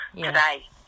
today